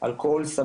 על כל סמים,